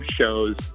shows